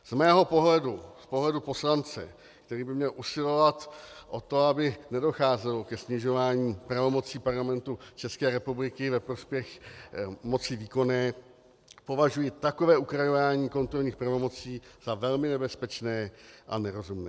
Z mého pohledu, z pohledu poslance, který by měl usilovat o to, aby nedocházelo ke snižování pravomocí Parlamentu ve prospěch moci výkonné, považuji takové ukrajování kontrolních pravomocí za velmi nebezpečné a nerozumné.